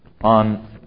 on